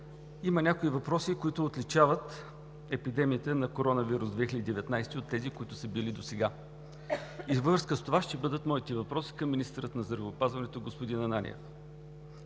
има някои въпроси, които отличават епидемията на коронавирус 2019 от тези, които са били досега. Във връзка с това ще бъдат моите въпроси към министъра на здравеопазването господин Ананиев.